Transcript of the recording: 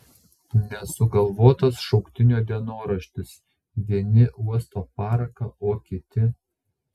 nesugalvotas šauktinio dienoraštis vieni uosto paraką o kiti